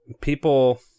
people